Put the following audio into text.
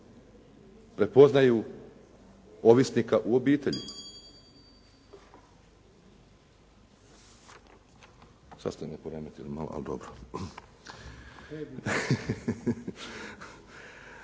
prepoznaju ovisnika u obitelji.